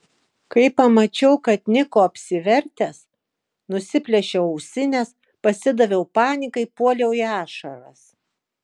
kai pamačiau kad niko apsivertęs nusiplėšiau ausines pasidaviau panikai puoliau į ašaras